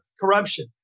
corruption